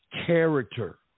character